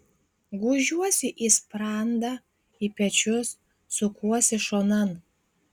gūžiuosi į sprandą į pečius sukuosi šonan